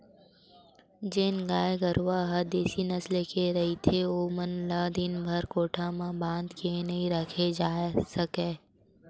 जेन गाय गरूवा ह देसी नसल के रहिथे ओमन ल दिनभर कोठा म धांध के नइ राखे जा सकय